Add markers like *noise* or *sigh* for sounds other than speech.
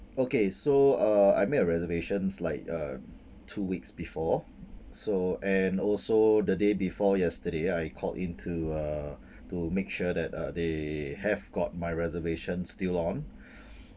okay so uh I made reservations like uh two weeks before so and also the day before yesterday I called in to uh to make sure that uh they have got my reservation still on *breath*